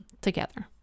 together